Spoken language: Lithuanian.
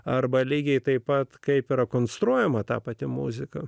arba lygiai taip pat kaip yra konstruojama ta pati muzika